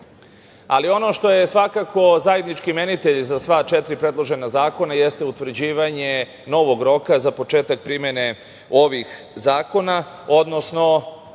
što je svakako zajednički imenitelj za sva četiri predložena zakona jeste utvrđivanje novog roka za početak primene ovih zakona, odnosno